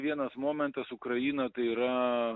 vienas momentas ukraina tai yra